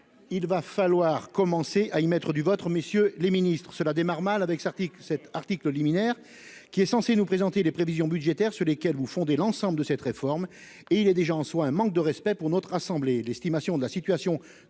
Il va falloir commencer à émettre du vôtre, messieurs les Ministres cela démarre mal avec Sertic cet article liminaire qui est censé nous présenter les prévisions budgétaires sur lesquels vous fondez l'ensemble de cette réforme et il est déjà en soi un manque de respect pour notre assemblée,